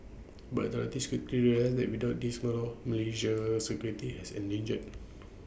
but the authorities realised that without this model Malaysia's security has endangered